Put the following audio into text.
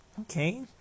Okay